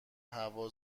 هوا